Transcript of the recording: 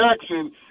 Jackson